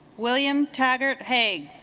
williams taggart peg